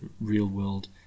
real-world